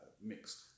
mixed